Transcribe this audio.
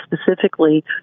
specifically